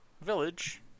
village